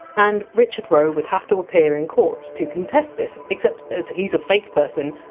and richard roe would have to appear in court to contest this, except as he! s a fake person,